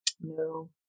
No